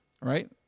right